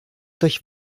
durch